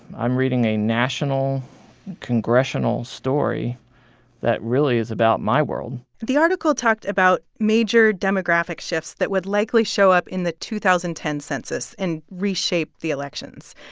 i'm reading a national congressional story that really is about my world the article talked about major demographic shifts that would likely show up in the two thousand and ten census and reshape the elections.